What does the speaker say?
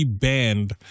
banned